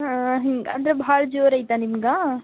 ಹಾಂ ಹ್ಞೂ ಅಂದರೆ ಭಾಳ ಜೋರು ಆಯ್ತ ನಿಮ್ಗೆ